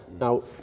Now